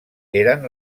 eren